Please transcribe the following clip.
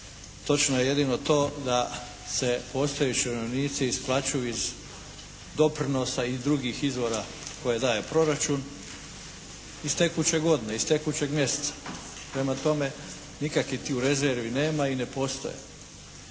Točno je jedino da se postojeći umirovljenici isplaćuju iz doprinosa i drugih izvora koje daje proračun iz tekuće godine, iz tekućeg mjeseca. Prema tome, nikakvih tu rezervi nema i ne postoje.